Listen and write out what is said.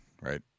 right